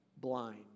blind